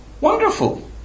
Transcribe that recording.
wonderful